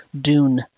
dune